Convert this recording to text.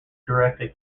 directly